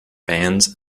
bands